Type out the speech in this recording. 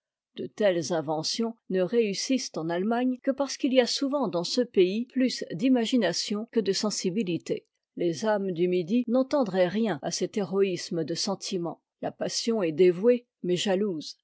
de telles inventions ne réussissent en allemagne que parce qu'il y a souvent dans ce pays plus d'imagination que de sensibilité les âmes du midi n'entendraient rien à cet héroïsme de sentiment la passion est dévouée mais jalouse